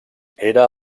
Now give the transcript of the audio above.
era